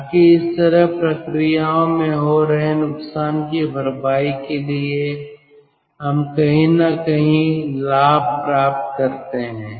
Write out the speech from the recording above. ताकि इस तरह प्रक्रियाओं में हो रहे नुकसान की भरपाई के लिए हम कहीं न कहीं लाभ प्राप्त करते हैं